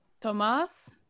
thomas